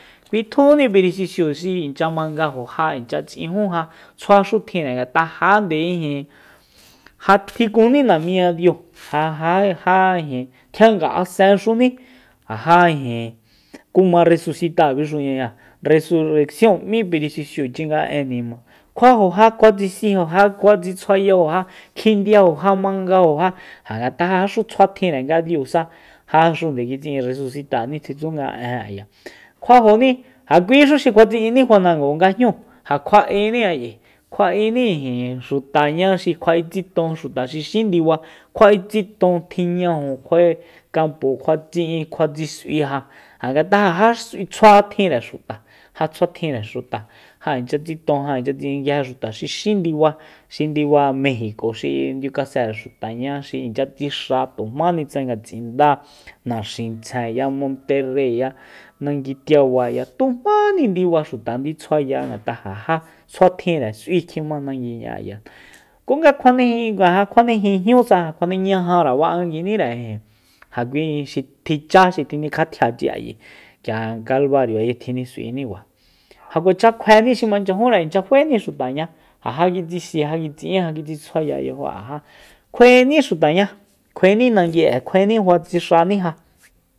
Kuitjuni pirisisiu nga inchya mangajo ja inchya ts'ijunja tjuaxu tjinre ngat'a ja ijin ja kjikunni namiñadiu ja- ja- ja ijin tjian nga'asenxuní ja ja ijin kumaresusita bixuñaya resurrecciom'í pirisisiuchi nga en nima kjuajo ja kjuatsisijoja kjuatsitsjuayajoja kjindiajo ja mangajo ja ja ngat'a'exu nga tsjuatjinre nga diusa jaxu nde kitsi'in resusitáaní tjisu nga en ayajnu kjuajoní ja kuixu xi kjuatsi'ini fanango nga jñúu ja kjua'eni kjua'eni ijin xutaña xi kjua'e tsiton xuta xi xín diba kjua'e tsiton tji'ñaju kjua'e kampo kjua'e tsi'in kjua tsis'uija ja ngat'a ja s'ui tsjua tjinre xuta ja tsjua tjinre xuta ja inchya tsi'in ja inchya tsiton xuta xi xín ndiba xi ndiba mejico xi ndiukasere xutaña xi inchya tsixa tujmáni tsa ngatsinda naxintsjeya monterreya nanguitiabaya tujmáni ndiba xuta tsitsjuaya ngat'a ja jatsjuatjinre s'ui lkjima nanguiña ayajnu ku nga ja kjuane jin kjuane jin jñúsa kjuane ñaja ba'anguinire ijin ja kui xi tji chá xi tjinikjatjiachi ayi kía kalbario tjinis'uinikua ja kuacha kjueni xi manchyajunre inchya faéni xutaña ja ja kitsisi ja ja kitsi'in ja kitsitsjuayare yajo'e ja ja kjuaení xutaña kjuaeni nangui'e kjuaeni kjua tsixaní ja